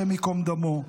השם ייקום דמו,